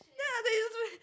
then after that you just